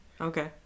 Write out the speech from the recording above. Okay